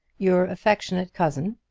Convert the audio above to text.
your affectionate cousin,